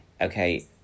okay